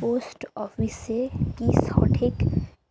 post অফিসে কি সঠিক